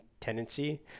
tendency